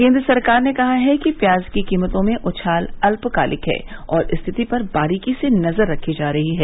केन्द्र सरकार ने कहा है कि प्याज की कीमतों में उछाल अल्पकालिक है और स्थिति पर बारीकी से नजर रखी जा रही है